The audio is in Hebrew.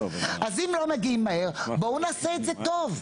אז אם לא מגיעים מהר, בואו נעשה את זה טוב.